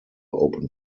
open